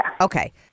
Okay